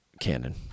Canon